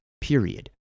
period